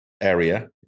area